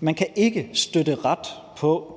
Man kan ikke støtte ret på